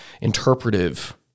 interpretive